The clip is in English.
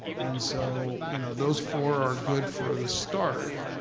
and so you know those four are good for the start.